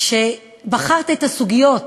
כשבחרת את הסוגיות